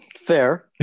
Fair